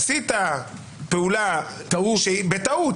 עשית פעולה שהיא טעות,